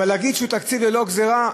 אבל להגיד שהוא תקציב ללא גזירה,